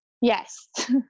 yes